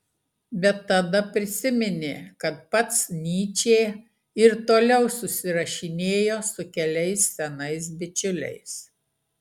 bet tada prisiminė kad pats nyčė ir toliau susirašinėjo su keliais senais bičiuliais